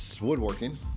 woodworking